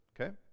Okay